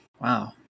Wow